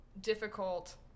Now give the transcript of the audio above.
difficult